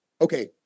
Okay